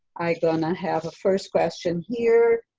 i gonna have a first question here.